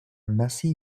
messy